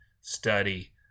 study